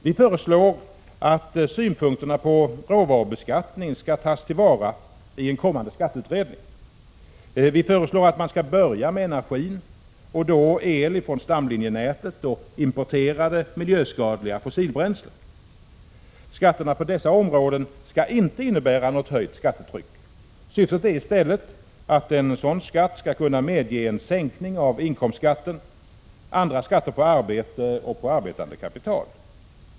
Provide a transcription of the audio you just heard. Vi föreslår att synpunkterna på råvarubeskattning skall tas till vara i en kommande skatteutredning. Man skall börja med energin, och då med el från stamlinjenätet och importerade miljöskadliga fossilbränslen. Skatterna på dessa områden skall inte innebära ett höjt skattetryck. Syftet är i stället att en sådan skatt skall kunna medge en sänkning av inkomstskatten och andra skatter på arbete och arbetande kapital.